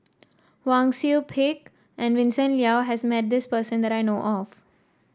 Wang Sui Pick and Vincent Leow has met this person that I know of